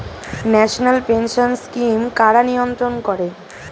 National pension scheme কারা নিয়ন্ত্রণ করে?